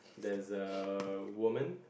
there's a woman